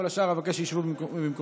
כל השאר, אבקש שישבו במקומותיהם.